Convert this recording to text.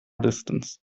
distance